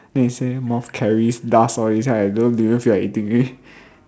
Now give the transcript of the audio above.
then they say moth carries dust all this right I don't even feel like eating already